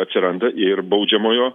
atsiranda ir baudžiamojo